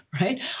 right